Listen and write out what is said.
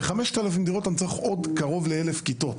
עבור 5,000 דירות אני צריך עוד קרוב ל-1,000 כיתות